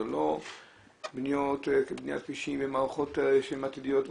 זה לא בניית כבישים ומערכות שהן עתידיות,